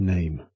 Name